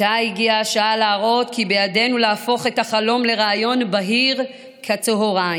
עתה הגיעה השעה להראות כי בידנו להפוך את החלום לרעיון בהיר כצוהריים.